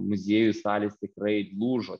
muziejų salės tikrai lūžo